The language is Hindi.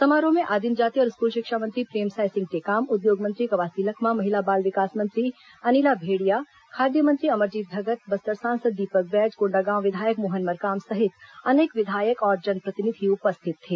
समारोह में आदिम जाति और स्कूल शिक्षा मंत्री प्रेमसाय सिंह टेकाम उद्योग मंत्री कवासी लखमा महिला बाल विकास मंत्री अनिला भेंड़िया खाद्य मंत्री अमरजीत भगत बस्तर सांसद दीपक बैज कोंडागांव विधायक मोहन मरकाम सहित अनेक विधायक और जनप्रतिनिधि उपस्थित थे